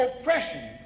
oppression